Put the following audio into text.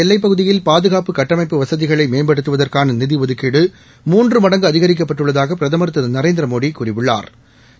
எல்லைப் பகுதியில் பாதுகாப்பு கட்டமைப்பு வசதிகளைமேம்படுத்துவதற்கானநிதிஒதுக்கீடு நாட்டன் மூன்றுமடங்குஅதிகரிக்கப்பட்டுள்ளதாகபிரதமா் திருநரேந்திரமோடிகூறியுள்ளாா்